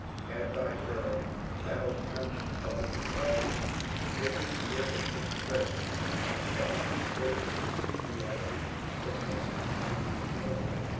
had by her battle hymn of the republic given lyric expression to the antislavery enthusiasm that entered into the war.